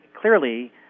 clearly